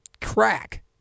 crack